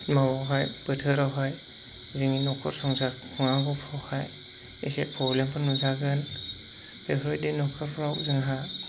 समावहाय बोथोरावहाय जोंनि न'खर संसार माबाफोरखौहाय एसे प्रब्लेमफोर नुजागोन बेफोरबायदि न'खरफ्राव जोंहा